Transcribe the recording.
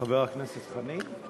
חבר הכנסת חנין?